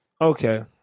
Okay